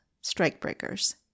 strikebreakers